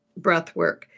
Breathwork